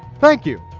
thank you.